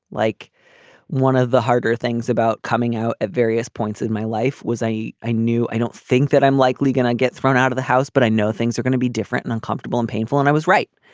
like one of the harder things about coming out at various points in my life was i i knew i don't think that i'm likely gonna get thrown out of the house but i know things are gonna be different and uncomfortable and painful and i was right.